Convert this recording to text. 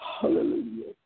Hallelujah